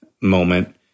moment